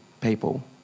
people